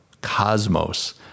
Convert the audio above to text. cosmos